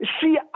See